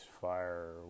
fire